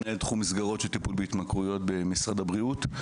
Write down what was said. מנהל תחום מסגרות של טיפול בהתמכרויות במשרד הבריאות.